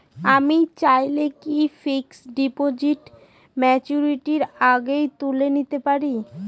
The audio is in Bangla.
আমি চাইলে কি ফিক্সড ডিপোজিট ম্যাচুরিটির আগেই তুলে নিতে পারি?